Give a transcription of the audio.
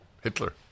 Hitler